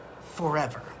forever